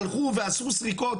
הלכו ועשו סריקות,